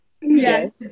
Yes